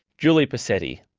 julie posetti,